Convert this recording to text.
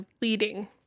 leading